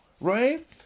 right